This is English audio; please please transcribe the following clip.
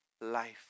life